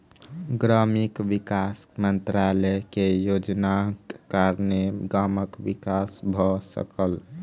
ग्रामीण विकास मंत्रालय के योजनाक कारणेँ गामक विकास भ सकल